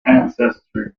ancestry